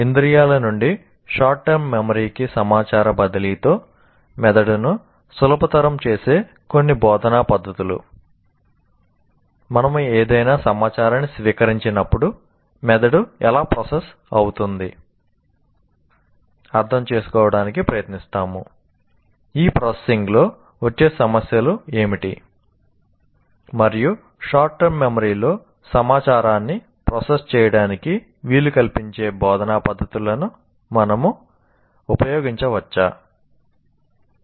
ఇంద్రియాల నుండి short term memory లో సమాచారాన్ని ప్రాసెస్ చేయడానికి వీలు కల్పించే బోధనా పద్ధతులను మనం ఉపయోగించవచ్చా